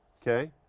okay?